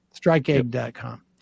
Strikeaid.com